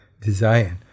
design